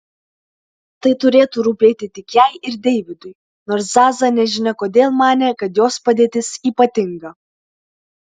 tai turėtų rūpėti tik jai ir deividui nors zaza nežinia kodėl manė kad jos padėtis ypatinga